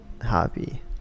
happy